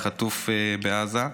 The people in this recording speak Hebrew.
שחטוף בעזה.